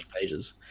pages